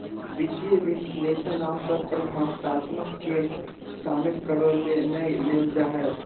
वित्तीय विश्लेषक आमतौर पर मात्रात्मक के शामिल करय ले नै लेल जा हइ